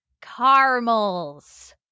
caramels